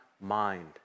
mind